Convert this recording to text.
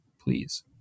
please